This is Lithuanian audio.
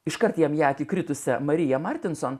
iškart jam į akį kritusią marija martinson